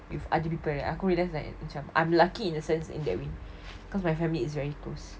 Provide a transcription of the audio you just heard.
with other people and aku realise like I'm lucky in a sense that way cause my family is very close